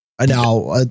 now